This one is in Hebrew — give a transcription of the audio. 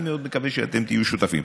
ואני מאוד מקווה שאתם תהיו שותפים.